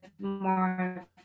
more